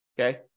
Okay